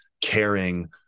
caring